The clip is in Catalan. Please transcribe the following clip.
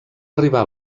arribar